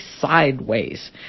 sideways